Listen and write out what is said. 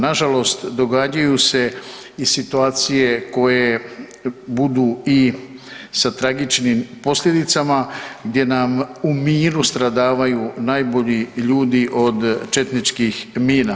Na žalost događaju se i situacije koje budu i sa tragičnim posljedicama gdje nam u miru stradavaju najbolji ljudi od četničkih mina.